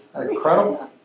Incredible